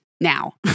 now